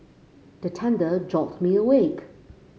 the thunder jolt me awake